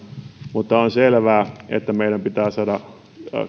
mutta on selvää että meidän pitää saada